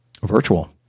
virtual